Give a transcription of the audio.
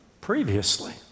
previously